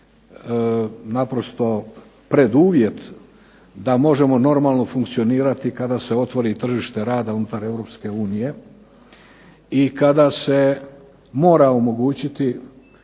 naprosto preduvjet da možemo normalno funkcionirati kada se otvori tržište rada unutar EU i kada se mora omogućiti